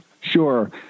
Sure